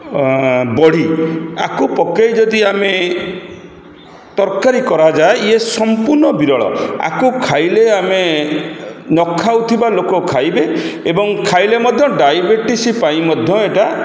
ବଢ଼ି ଆକୁ ପକାଇ ଯଦି ଆମେ ତରକାରୀ କରାଯାଏ ଇଏ ସମ୍ପୂର୍ଣ୍ଣ ବିରଳ ଆକୁ ଖାଇଲେ ଆମେ ନ ଖାଉଥିବା ଲୋକ ଖାଇବେ ଏବଂ ଖାଇଲେ ମଧ୍ୟ ଡାଇବେଟିସ୍ ପାଇଁ ମଧ୍ୟ ଏଇଟା